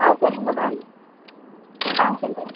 ஆ சொல்லுங்க மேம் ஆ சொல்லுங்க